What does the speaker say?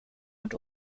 und